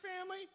family